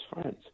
friends